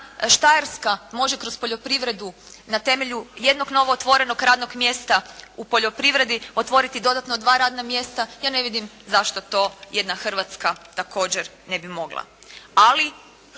Štajerska može kroz poljoprivredu na temelju jednog novootvorenog radnog mjesta u poljoprivredi otvoriti dodatno dva radna mjesta, ja ne vidim zašto to jedna Hrvatska također ne bi mogla. Ali